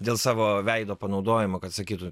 dėl savo veido panaudojimo kad sakytų